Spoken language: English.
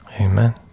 Amen